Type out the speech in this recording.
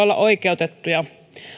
olla oikeutettua